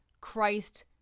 Christ